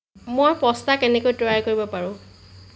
মই পাষ্টা কেনেকৈ তৈয়াৰ কৰিব পাৰোঁ